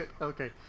Okay